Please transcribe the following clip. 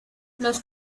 los